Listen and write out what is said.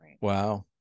Wow